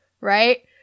Right